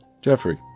Jeffrey